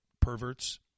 perverts